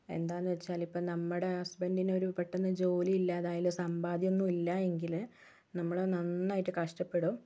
എന്താണെന്ന് വെച്ചാല് ഇപ്പോൾ നമ്മുടെ ഹസ്ബൻറ്റിനൊരു പെട്ടെന്ന് ജോലി ഇല്ലാതായാലോ സമ്പാദ്യം ഒന്നുമില്ല എങ്കില് നമ്മൾ നന്നായിട്ട് കഷ്ട്ടപ്പെടും